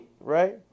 right